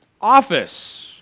office